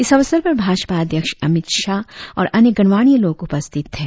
इस अवसर पर भाजपा अध्यक्ष अमित शाह और अन्य गणमान्य लोग उपस्थित थे